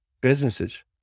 businesses